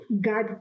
God